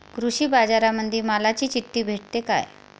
कृषीबाजारामंदी मालाची चिट्ठी भेटते काय?